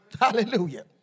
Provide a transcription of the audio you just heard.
Hallelujah